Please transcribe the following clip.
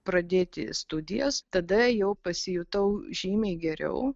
pradėti studijas tada jau pasijutau žymiai geriau